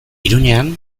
iruñean